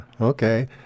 okay